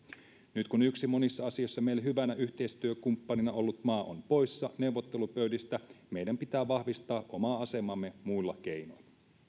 nyt kun yksi monissa asioissa meille hyvänä yhteistyökumppanina ollut maa on poissa neuvottelupöydistä meidän pitää vahvistaa omaa asemaamme muilla keinoin